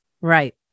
Right